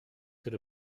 could